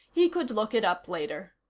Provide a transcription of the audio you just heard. he could look it up later.